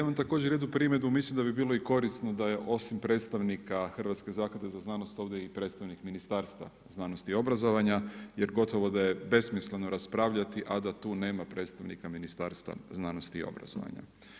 Imam također jednu primjedbu mislim da bi bilo korisno da je osim predstavnika Hrvatske zaklade za znanost ovdje i predstavnik Ministarstva znanosti i obrazovanja jer gotovo da je besmisleno raspravljati, a da tu nema predstavnika Ministarstva znanosti i obrazovanja.